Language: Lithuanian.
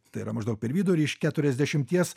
tai yra maždaug per vidurį iš keturiasdešimties